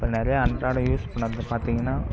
அப்புறம் நிறைய அன்றாட யூஸ் பண்ணுறது பாத்திங்கனா